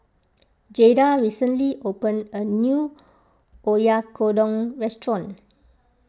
Jaida recently opened a new Oyakodon restaurant